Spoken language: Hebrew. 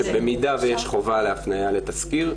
שבמידה ויש חובה להפניה לתסקיר,